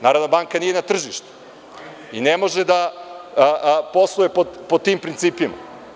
Narodna banka nije na tržištu i ne može da posluje pod tim principima.